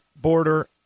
border